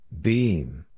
Beam